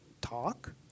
Talk